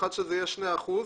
האחד, שאלה יהיו שני אחוזים.